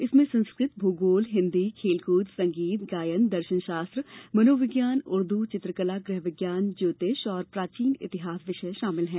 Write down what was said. इसमें संस्कृत भूगोल हिन्दी खेलकूद संगीत गायन दर्शनशास्त्र मनोविज्ञानऊर्दू चित्रकला गृहविज्ञान ज्योतिष और प्राचीन इतिहास विषय शामिल है